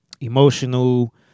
Emotional